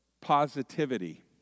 positivity